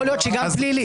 יכול להיות שגם פלילי.